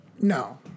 No